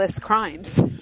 crimes